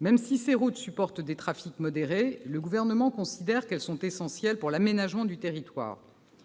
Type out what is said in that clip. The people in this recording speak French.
Même si ces routes supportent des trafics modérés, le Gouvernement considère qu'elles sont essentielles pour l'aménagement du territoire.